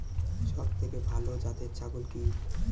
সবথেকে ভালো জাতের ছাগল কি?